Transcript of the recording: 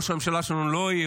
ראש הממשלה שלנו לא יהיה.